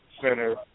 Center